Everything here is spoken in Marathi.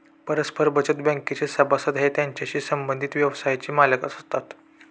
परस्पर बचत बँकेचे सभासद हे त्याच्याशी संबंधित व्यवसायाचे मालक असतात